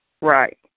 Right